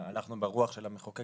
הלכנו ברוח של המחוקק,